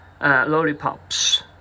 lollipops